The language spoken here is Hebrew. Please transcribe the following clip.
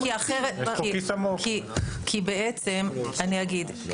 כי אחרת, כי בעצם, אני אגיד.